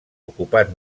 ocupat